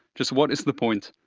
just what is the point?